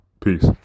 Peace